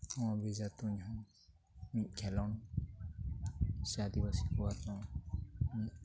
ᱚᱱᱟ ᱵᱮᱡᱷᱟ ᱛᱩᱧᱦᱚᱸ ᱢᱤᱫ ᱠᱷᱮᱞᱳᱰ ᱥᱮ ᱟᱫᱤᱵᱟᱥᱤ ᱠᱚᱣᱟᱜ ᱫᱚ